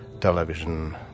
television